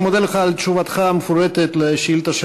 אני מודה לך על תשובתך המפורטת על השאילתה של